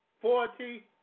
forty